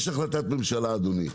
יש החלטת ממשלה אדוני,